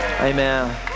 Amen